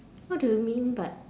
what do you mean but